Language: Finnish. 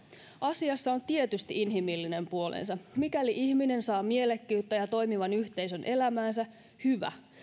asiassa on tietysti inhimillinen puolensa mikäli ihminen saa mielekkyyttä ja toimivan yhteisön elämäänsä hyvä